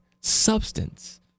substance